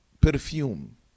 perfume